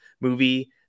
movie